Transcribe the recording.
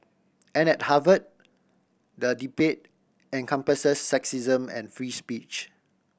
and at Harvard the debate encompasses sexism and free speech